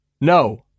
no